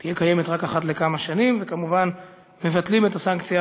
קיימת רק אחת לכמה שנים וכמובן מבטלים את הסנקציה